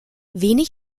wenig